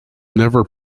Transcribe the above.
never